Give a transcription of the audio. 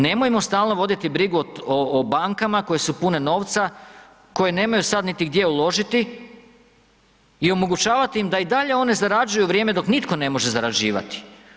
Nemojmo stalno voditi brigu o bankama koje su pune novca, koje nemaju sad niti gdje uložiti i omogućavati im da i dalje one zarađuju u vrijeme dok nitko ne može zarađivati.